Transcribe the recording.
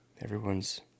Everyone's